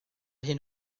hyn